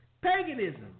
paganism